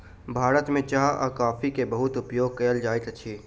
भारत में चाह आ कॉफ़ी के बहुत उपयोग कयल जाइत अछि